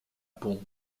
pont